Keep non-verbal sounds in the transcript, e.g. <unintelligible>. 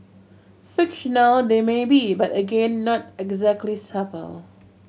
fictional they may be <unintelligible> but again not exactly <unintelligible>